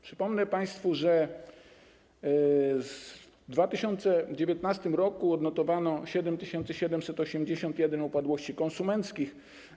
Przypomnę państwu, że w 2019 r. odnotowano 7781 upadłości konsumenckich.